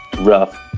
rough